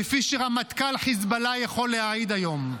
כפי שרמטכ"ל חיזבאללה יכול להעיד היום.